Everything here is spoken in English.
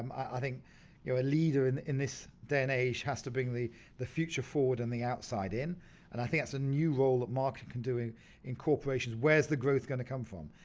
um i think you know a leader in in this day and age has to bring the the future forward and the outside in and i think that's a new role that marketers doing in corporations, where's the growth gonna come from.